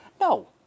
no